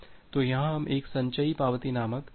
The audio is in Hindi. तो यहाँ हम एक संचयी पावती नामक चीज़ का उपयोग करते हैं